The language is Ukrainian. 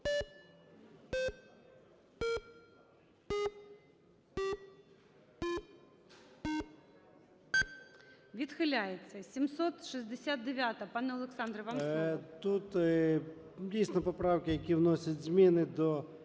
Відхиляється. 769-а. Пане Олександре, вам слово.